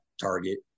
target